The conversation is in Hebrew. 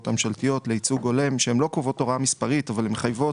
הממשלתיות לגבי ייצוג הולם שהן לא קובעות הוראה מספרית אבל הן מחייבות,